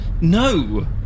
no